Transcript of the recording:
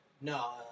No